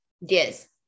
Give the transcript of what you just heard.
Yes